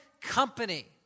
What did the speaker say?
company